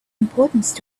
importance